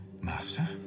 Master